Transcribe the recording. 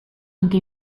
anche